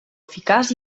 eficaç